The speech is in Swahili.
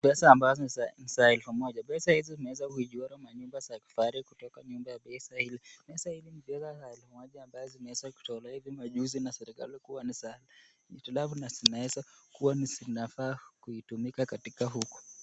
Pesa ambazo ni za elfu moja, pesa hizi zimeeza kuchorwa majukba za kifahari kutoka pesa hili, pesabhizi ni pesa za elfu za elfu moja ambazo zimeeza kutolewabhivi maajuzi na serikali zinaonekna kuwa na na hitilafu na zinafaa kuwa kutumika katika huku.